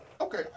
Okay